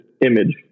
image